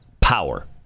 power